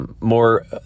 more